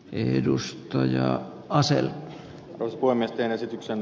edustaja asell luonnehtii esityksen